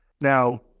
Now